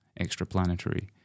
extraplanetary